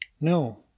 No